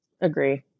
Agree